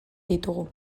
ditugu